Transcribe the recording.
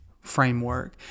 framework